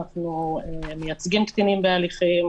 אנחנו מייצגים קטינים בהליכים,